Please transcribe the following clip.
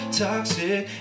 toxic